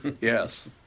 Yes